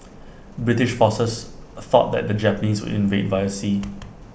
British forces thought that the Japanese would invade via sea